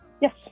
Yes